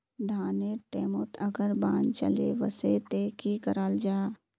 धानेर टैमोत अगर बान चले वसे ते की कराल जहा?